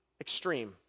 extreme